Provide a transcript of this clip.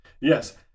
Yes